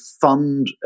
fund